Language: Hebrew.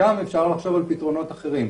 שם אפשר לחשוב על פתרונות אחרים,